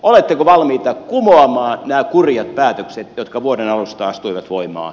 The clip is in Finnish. oletteko valmiita kumoamaan nämä kurjat päätökset jotka vuoden alusta astuivat voimaan